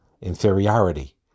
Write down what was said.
inferiority